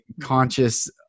conscious